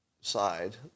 side